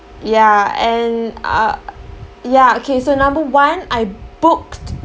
ya and uh ya okay so number one I booked